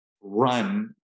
run